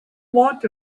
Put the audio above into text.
want